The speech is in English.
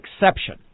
exception